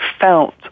felt